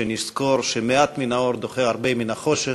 שנזכור שמעט מן האור דוחה הרבה מן החושך.